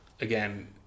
again